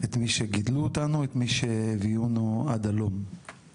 את מי שגידלו אותנו, את מי שהביאונו עד הלום.